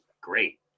great